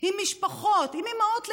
עם משפחות, עם אימהות לילדים.